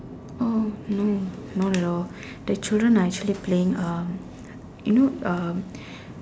oh no not at all the children are actually playing uh you know um